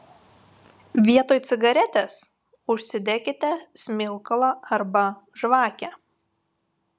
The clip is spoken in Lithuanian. vietoj cigaretės užsidekite smilkalą arba žvakę